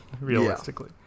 realistically